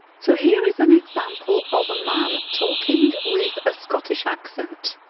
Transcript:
so here is an example of a man talking with a scottish accent.